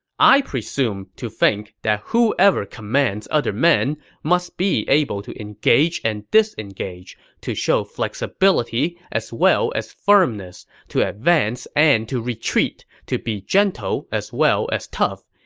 i presume to think that whoever commands other men must be able to engage and disengage, to show flexibility as well as firmness, to advance and to retreat, to be gentle as well as tough.